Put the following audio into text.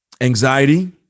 anxiety